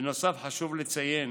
בנוסף, חשוב לציין